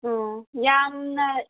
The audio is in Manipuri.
ꯑꯣ ꯌꯥꯝꯅ